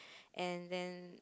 and then